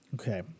Okay